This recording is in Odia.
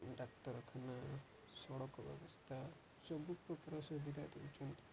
ଡାକ୍ତରଖାନା ସଡ଼କ ବ୍ୟବସ୍ଥା ସବୁପ୍ରକାର ସୁବିଧା ଦେଉଛନ୍ତି